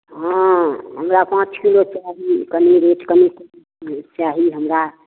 हँ हमरा पाँच किलो चाही कनि रेट कनि कम चाही हमरा